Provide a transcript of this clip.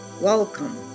Welcome